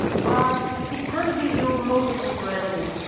but it can't be your modus operandi.